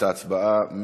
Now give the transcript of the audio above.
אני מפעיל את ההצבעה.